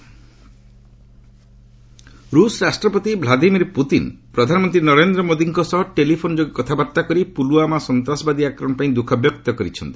Putin Modi ରଷ ରାଷ୍ଟ୍ରପତି Vladimir Putin' ପ୍ରଧାନମନ୍ତ୍ରୀ ନରେନ୍ଦ୍ର ମୋଦିଙ୍କ ସହ ଟେଲିଫୋନ ଯୋଗେ କଥାବାର୍ତ୍ତା କରି ପୁଲଓ୍ୱାମା ସନ୍ତ୍ରାସବାଦୀ ଆକ୍ରମଣ ପାଇଁ ଦୁଃଖବ୍ୟକ୍ତ କରିଛନ୍ତି